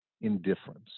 indifference